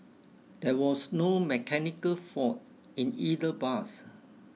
there was no mechanical fault in either bus